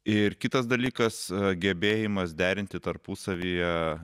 ir kitas dalykas gebėjimas derinti tarpusavyje